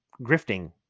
grifting